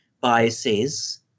biases